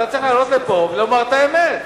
אתה צריך לעלות לפה ולומר את האמת,